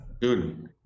Dude